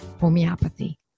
homeopathy